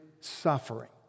suffering